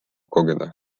kogeda